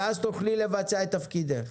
ואז תוכלי לבצע את תפקידך.